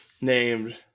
named